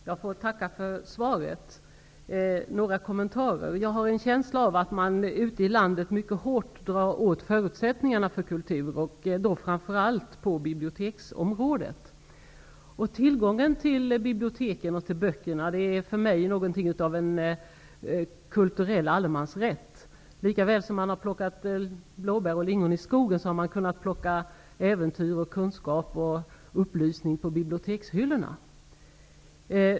Herr talman! Jag får tacka för svaret. Jag har en känsla av att man ute i landet mycket hårt drar åt förutsättningarna för kulturen, och då framför allt på biblioteksområdet. Tillgången till biblioteken och böckerna är för mig någonting av en kulturell allemansrätt. Lika väl som man har plockat blåbär och lingon i skogen har man kunnat plocka äventyr, kunskap och upplysning på bibliotekshyllorna.